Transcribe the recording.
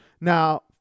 Now